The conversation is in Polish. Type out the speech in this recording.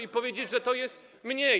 i powiedzieć, że to jest mniej.